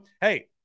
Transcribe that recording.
Hey